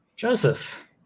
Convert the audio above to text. Joseph